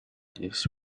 this